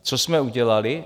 Co jsme udělali?